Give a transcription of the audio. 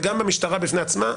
גם המשטרה בפני עצמה,